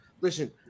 Listen